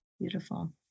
Beautiful